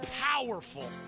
powerful